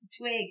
twig